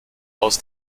aus